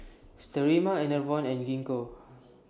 Sterimar Enervon and Gingko